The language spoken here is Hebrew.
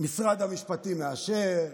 ומשרד המשפטים מאשר,